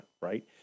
right